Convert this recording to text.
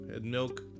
Milk